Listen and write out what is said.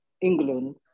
England